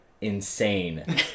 insane